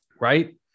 right